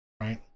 Right